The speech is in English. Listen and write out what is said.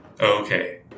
Okay